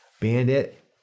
Bandit